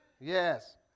yes